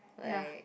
like